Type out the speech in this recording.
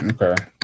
Okay